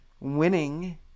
Winning